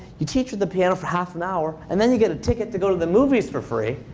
you teach her the piano for half an hour and then you get a ticket to go to the movies for free,